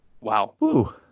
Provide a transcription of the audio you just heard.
Wow